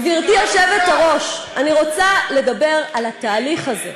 גברתי היושבת-ראש, אני רוצה לדבר על התהליך הזה,